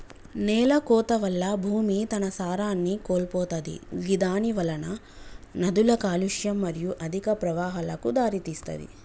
నేలకోత వల్ల భూమి తన సారాన్ని కోల్పోతది గిదానివలన నదుల కాలుష్యం మరియు అధిక ప్రవాహాలకు దారితీస్తది